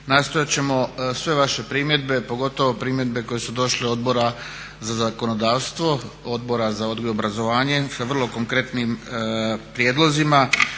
nastojat ćemo sve vaše primjedbe, pogotovo primjedbe koje su došle Odbora za zakonodavstvo, Odbora za odgoj i obrazovanje sa vrlo konkretnim prijedlozima